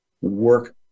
work